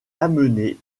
amené